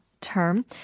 term